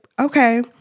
Okay